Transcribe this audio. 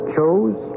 Chose